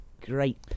great